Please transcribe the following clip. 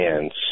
hands